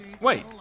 wait